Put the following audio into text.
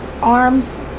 arms